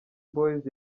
boyz